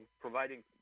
providing